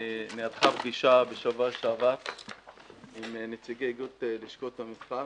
נערכה פגישה בשבוע שעבר עם נציגי איגוד לשכות המסחר